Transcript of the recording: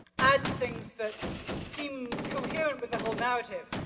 add things that seem coherent with the whole narrative,